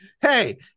Hey